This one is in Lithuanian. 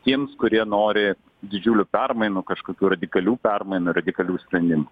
tiems kurie nori didžiulių permainų kažkokių radikalių permainų radikalių sprendimų